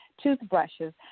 toothbrushes